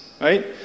right